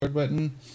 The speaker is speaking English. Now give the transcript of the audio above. button